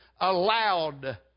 allowed